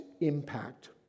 impact